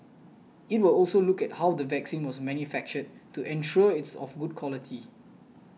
it will also look at how the vaccine was manufactured to ensure it's of good quality